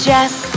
Jess